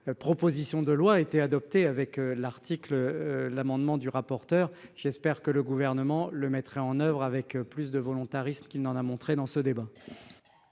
Proposition de loi a été adoptée avec l'article. L'amendement du rapporteur. J'espère que le gouvernement le mettrai en oeuvre avec plus de volontarisme qu'il n'en a montré dans ce débat.